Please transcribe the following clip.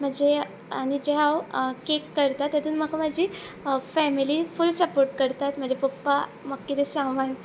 म्हजे आनी जे हांव केक करता तेतून म्हाका म्हाजी फॅमिली फूल सपोर्ट करतात म्हजे पप्पा म्हाका कितें सामान